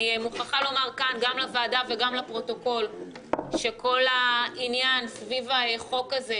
אני מוכרחה לומר כאן גם לוועדה וגם לפרוטוקול שכל העניין סביב החוק הזה,